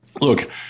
look